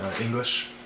English